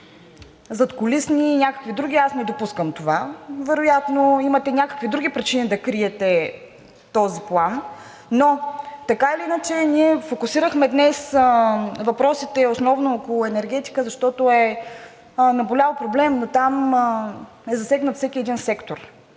задкулисни, някакви други, аз не допускам това. Вероятно имате някакви други причини да криете този план, но така или иначе, ние фокусирахме днес въпросите основно около енергетиката, защото е наболял проблем, но там е засегнат всеки един сектор